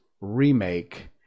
remake